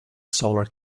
solar